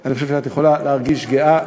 ואני חושב שאת יכולה להרגיש גאה,